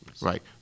Right